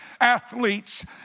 athletes